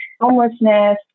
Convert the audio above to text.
homelessness